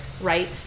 right